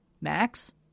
Max